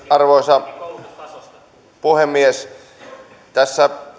arvoisa puhemies tässä